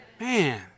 Man